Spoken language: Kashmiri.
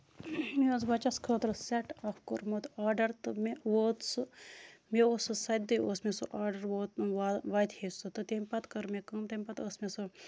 مےٚ اوس بَچَس خٲطرٕ سیٹ اکھ کوٚرمُت آرڈر تہٕ مےٚ ووت سُہ مےٚ اوس سُہ سَتہِ دۄہہِ اوس مےٚ سُہ آرڈر ووت واتہِ ہے سُہ تمہِ پَتہٕ کٔر مےٚ کٲم تمہِ پَتہٕ ٲس مےٚ سۄ